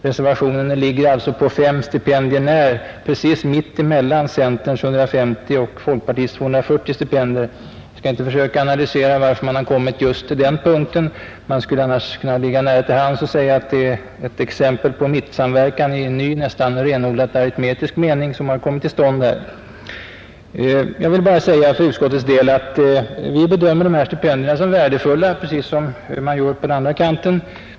Reservationen ligger alltså, på 5 stipendier när, precis mitt emellan centerns 150 och folkpartiets 240 stipendier. Jag skall inte försöka analysera varför man har kommit just till den punkten. Det skulle annars ligga nära till hands att förmoda att det är ett exempel på mittensamverkan i ny, nästan renodlat aritmetisk mening, som här har kommit till stånd. Jag vill för utskottets del bara säga att vi bedömer dessa stipendier som värdefulla, precis som man gör från reservanterna.